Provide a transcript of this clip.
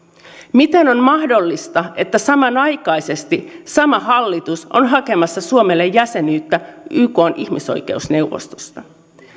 miten on mahdollista että samanaikaisesti sama hallitus on hakemassa suomelle jäsenyyttä ykn ihmisoikeusneuvostosta